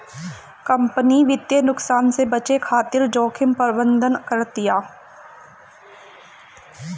company वित्तीय नुकसान से बचे खातिर जोखिम प्रबंधन करतिया